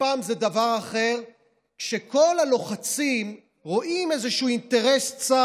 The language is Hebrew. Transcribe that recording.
ופעם זה דבר אחר וכל הלוחצים רואים איזשהו אינטרס צר